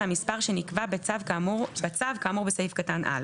המספר שנקבע בצו כאמור בסעיף קטן (א).